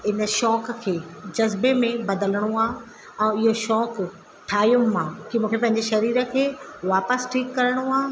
इन शौक़ खे जस्बे में बदिलणो आहे ऐं इहो शौक़ु ठाहियमि मां कि मूंखे पंहिंजे शरीर खे वापसि ठीकु करिणो आहे